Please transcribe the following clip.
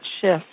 shift